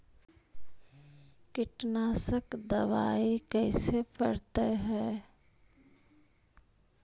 कीटनाशक दबाइ कैसे पड़तै है?